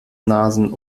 nasen